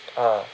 ah